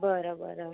बरं बरं